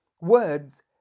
words